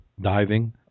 diving